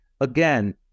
again